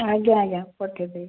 ଆଜ୍ଞା ଆଜ୍ଞା ପଠେଇଦେବି